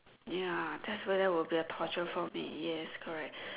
ya that's why it would a torture for me yes correct